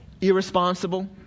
irresponsible